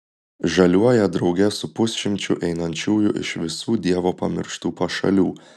žaliuoja drauge su pusšimčiu einančiųjų iš visų dievo pamirštų pašalių